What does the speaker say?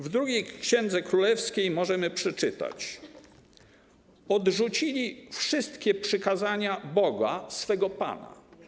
W 2 Księdze Królewskiej możemy przeczytać: Odrzucili wszystkie przykazania Boga, swego pana.